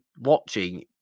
watching